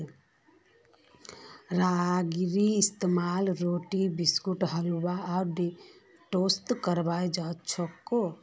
रागीर इस्तेमाल रोटी बिस्कुट हलवा आर डोसात कराल जाछेक